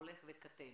הולך וקטן,